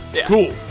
Cool